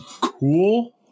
cool